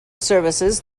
services